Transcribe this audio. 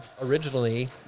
originally